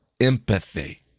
empathy